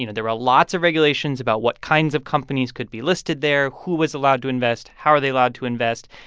you know there were lots of regulations about what kinds of companies could be listed there, who was allowed to invest, how are they allowed to invest.